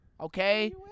Okay